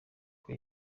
ngo